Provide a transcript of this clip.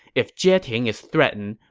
if jieting is threatened,